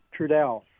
Trudell